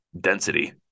density